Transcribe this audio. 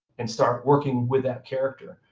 and start working with that character